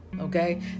okay